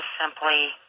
simply